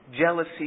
jealousy